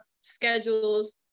schedules